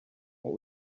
what